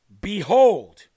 Behold